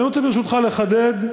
אני רוצה, ברשותך, לחדד,